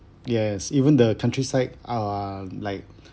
yes even the countryside are like